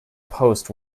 post